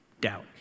doubt